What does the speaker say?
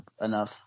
enough